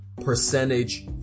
percentage